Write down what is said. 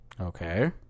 Okay